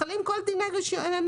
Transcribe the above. חלים כל דיני הנהיגה.